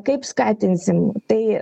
kaip skatinsim tai